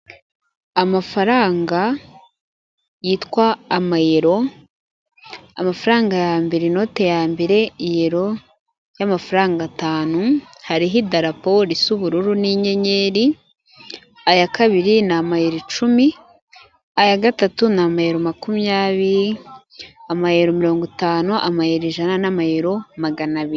Amafaranga yitwa amayero, amafaranga ya mbere inote ya mbere, iyero y'amafaranga atanu, hariho idarapo risa ubururu n'inyenyeri, aya kabiri ni amayeri cumi, aya gatatu ni amayero makumyabiri, amayero mirongo itanu, amayero ijana, n'amayero magana abiri.